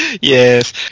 Yes